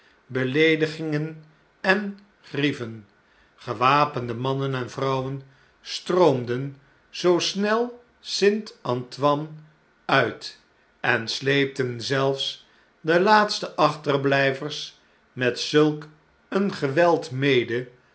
beleedigingen en grieven gewapende mannen en vrouwen stroom j den zoo snel s t a n t o i n e uit en sleepten zelfs j de laatste achterbljjvers met zulk een geweld mede